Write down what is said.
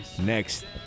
next